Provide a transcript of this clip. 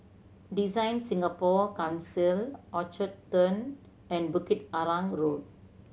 DesignSingapore Council Orchard Turn and Bukit Arang Road